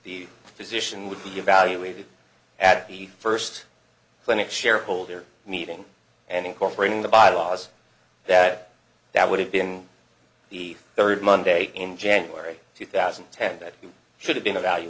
the position would be evaluated at the first clinic shareholder meeting and incorporating the bylaws that that would have been the third monday in january two thousand and ten that should have been evalu